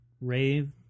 rave